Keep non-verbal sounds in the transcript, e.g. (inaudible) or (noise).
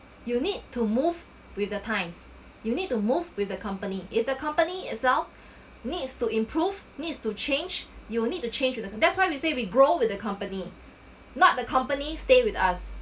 you need to move with the times you need to move with the company if the company itself (breath) needs to improve needs to change you will need to change with the that's why we say we grow with the company not the company stay with us